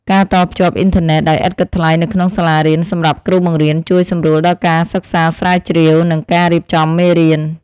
ការតភ្ជាប់អ៊ីនធឺណិតដោយឥតគិតថ្លៃនៅក្នុងសាលារៀនសម្រាប់គ្រូបង្រៀនជួយសម្រួលដល់ការសិក្សាស្រាវជ្រាវនិងការរៀបចំមេរៀន។